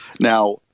now